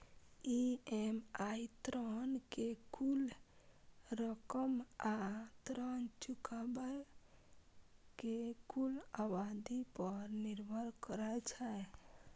EMI ऋण के कुल रकम आ ऋण चुकाबै के कुल अवधि पर निर्भर करै छै